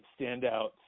standout